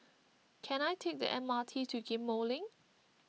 can I take the M R T to Ghim Moh Link